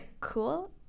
cool